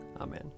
Amen